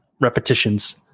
repetitions